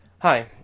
Hi